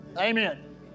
amen